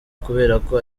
kuberako